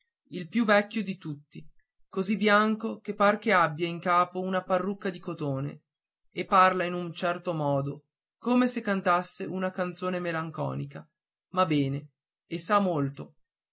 il più vecchio di tutti così bianco che par che abbia in capo una parrucca di cotone e parla in un certo modo come se cantasse una canzone malinconica ma bene e sa molto